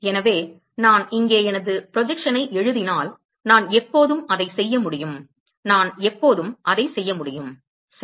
எனவே நான் இங்கே எனது ப்ரொஜெக்ஷனை எழுதினால் நான் எப்போதும் அதைச் செய்ய முடியும் நான் எப்போதும் அதைச் செய்ய முடியும் சரி